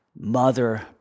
mother